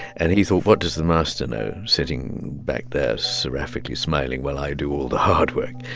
and he thought, what does the master know, sitting back there seraphically smiling, while i do all the hard work?